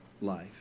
life